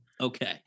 Okay